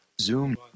Zoom